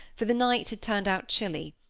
for the night had turned out chilly.